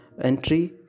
entry